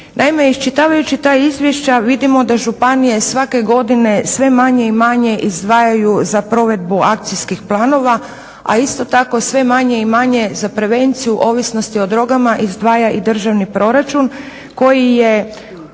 Naime, iščitavajući ta izvješća vidimo da županije svake godine sve manje i manje izdvajaju za provedbu akcijskih planova, a isto tako sve manje i manje za prevenciju ovisnosti o drogama izdvaja i državni proračun koji je